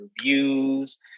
reviews